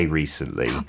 recently